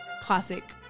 classic